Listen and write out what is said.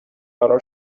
برا